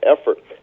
effort